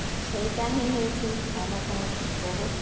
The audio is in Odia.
ସେଇଟା ହିଁ ହେଉଛି ଆମ ପାଇଁ ବହୁତ